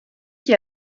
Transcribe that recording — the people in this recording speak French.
qui